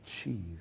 achieve